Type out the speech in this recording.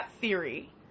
theory